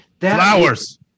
Flowers